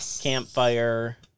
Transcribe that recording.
campfire